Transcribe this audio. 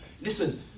Listen